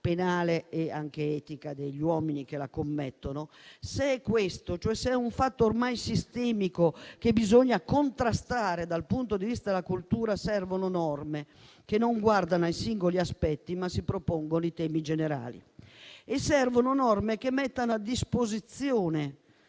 penale ed etica degli uomini che la commettono, se è questo, cioè se è un fatto ormai sistemico, che bisogna contrastare dal punto di vista della cultura, servono norme che non guardino ai singoli aspetti, ma propongano temi generali, e mettano tutti gli strumenti possibili a disposizione